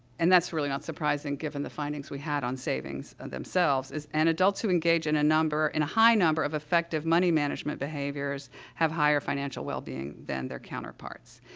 and that's really not surprising given the findings we had on savings and themselves is and adults who engage in a number in a high number of effective money-management behaviors have higher financial wellbeing than their counterparts.